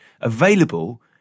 available